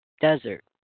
desert